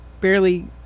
barely